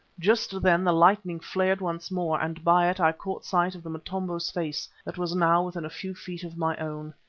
just then the lightning flared once more, and by it i caught sight of the motombo's face that was now within a few feet of my own.